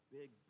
big